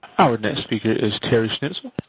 our next speaker is terry schnitzel.